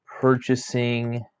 purchasing